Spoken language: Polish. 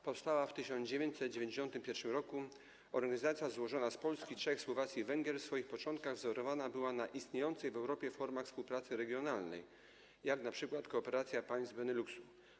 Powstała w 1991 r. organizacja złożona z Polski, Czech, Słowacji i Węgier w swoich początkach wzorowana była na istniejących w Europie formach współpracy regionalnej, jak np. kooperacja państw Beneluksu.